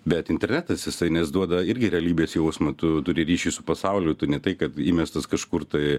bet internetas jisai nes duoda irgi realybės jausmą tu turi ryšį su pasauliu tu ne tai kad įmestas kažkur tai